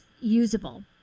usable